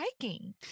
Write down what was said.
hiking